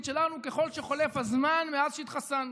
שלנו ככל שחולף הזמן מאז שהתחסנו.